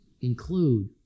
include